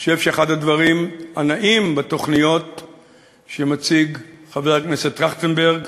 אני חושב שאחד הדברים הנאים בתוכניות שמציג חבר הכנסת טרכטנברג